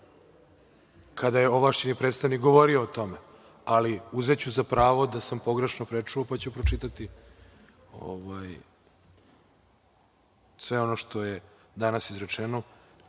kada je ovlašćeni predstavnik govorio o tome, ali uzeću za pravo da sam pogrešno prečuo, pa ću pročitati sve ono što je danas izrečeno.